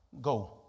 Go